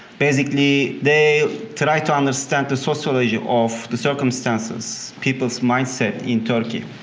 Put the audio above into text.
basically they try to understand the sociology of the circumstances, people's mindset in turkey.